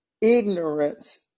Ignorance